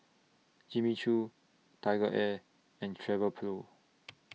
Jimmy Choo TigerAir and Travelpro